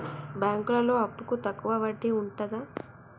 బ్యాంకులలో అప్పుకు తక్కువ వడ్డీ ఉంటదా?